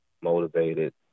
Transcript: motivated